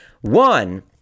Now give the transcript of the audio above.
One